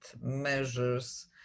measures